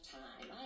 time